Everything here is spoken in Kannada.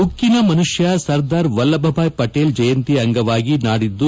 ಉಕ್ಕಿನ ಮನುಷ್ಣ ಸರ್ದಾರ್ ವಲ್ಲಭಭಾಯ್ ಪಟೇಲ್ ಜಯಂತಿ ಅಂಗವಾಗಿ ನಾಡಿದ್ದು